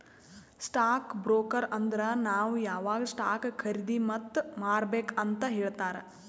stock broker ಅಂದುರ್ ನಾವ್ ಯಾವಾಗ್ ಸ್ಟಾಕ್ ಖರ್ದಿ ಮತ್ ಮಾರ್ಬೇಕ್ ಅಂತ್ ಹೇಳ್ತಾರ